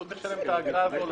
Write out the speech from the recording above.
אז הוא צריך לשלם את האגרה --- זה